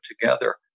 together